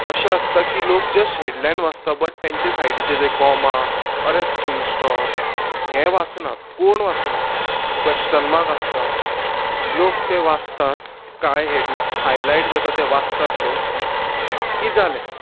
अशें आसता की लोक जस्ट हेडलायन वाचता बट तेंचे सायडीचे जे comma or else full stop हें वाचनात कोण वाचना क्वेश्टन मार्क आसता लोक ते वाचतात काळे हेडला हायलायट जाता तें वाचतात लोक कीत जालें